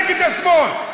נגד השמאל,